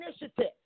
initiative